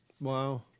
Wow